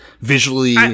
visually